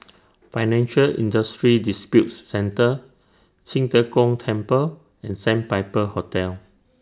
Financial Industry Disputes Centre Qing De Gong Temple and Sandpiper Hotel